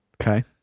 Okay